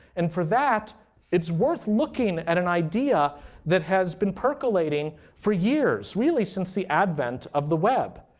and for that it's worth looking at an idea that has been percolating for years, really, since the advent of the web.